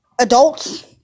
adults